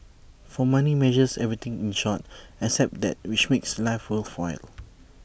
for money measures everything in short except that which makes life worthwhile